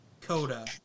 Coda